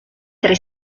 tre